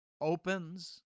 opens